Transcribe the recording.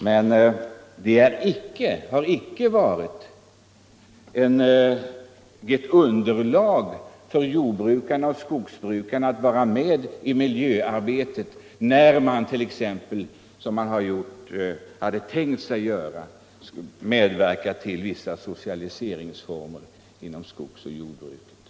Men det har icke utgjort ett underlag för jordbrukarna och skogsbrukarna att vara med i miljöarbetet när man, som man hade tänkt sig att göra, medverkar till vissa socialiseringsformer inom skogsbruket och jordbruket.